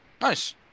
Nice